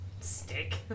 Steak